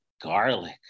garlic